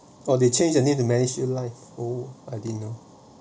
oh they change the need to MediShield Life oh I didn't know